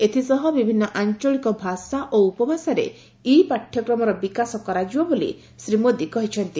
ଏଥିସହ ବିଭିନ୍ନ ଆଞ୍ଚଳିକ ଭାଷା ଓ ଉପଭାଷାରେ ଇ ପାଠ୍ୟକ୍ମର ବିକାଶ କରାଯିବ ବୋଲି ଶ୍ରୀ ମୋଦୀ କହିଚ୍ଛନ୍ତି